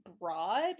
broad